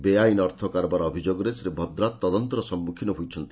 ବେଆଇନ ଅର୍ଥ କାରବାର ଅଭିଯୋଗରେ ଶ୍ରୀ ଭାଡ୍ରା ତଦନ୍ତର ସମ୍ମୁଖୀନ ହୋଇଛନ୍ତି